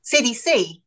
CDC